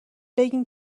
بگین